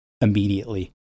immediately